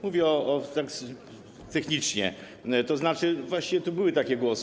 Mówię tak technicznie, tzn. właściwie tu były takie głosy.